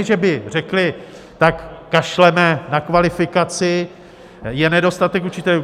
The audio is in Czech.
Ne že by řekli tak kašleme na kvalifikaci, je nedostatek učitelů.